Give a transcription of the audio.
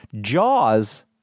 Jaws